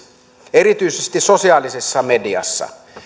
erityisesti sosiaalisessa mediassa